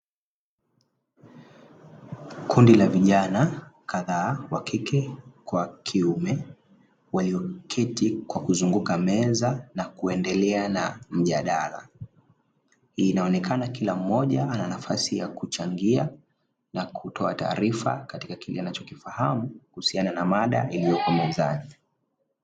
Kundi la vijana kadhaa wa kike kwa kiume walioketi kwa kuzunguka meza na kuendelea na mjadala, inaonekana kila mmoja ana nafasi ya kuchagia na kutoa taarifa katika kile anachokifahamu, kuhusiana na mada iliyopo mezani.